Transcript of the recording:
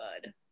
good